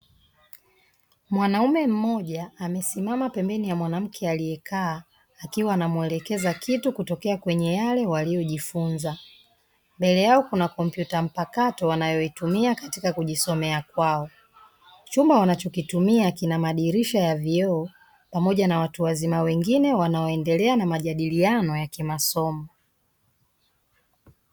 Mwanaume mmoja amesimama pembeni ya mwanamke aliyekaa akiwa anamwelekeza kitu kutokea kwenye yale waliojifunza. Mbele yao kuna kompyuta mpakato wanayoitumia katika kujisomea kwao, chumba wanachokitumia kina madirisha ya vioo pamoja na watu wazima wengine wanaoendelea na majadiliano ya kimasomo.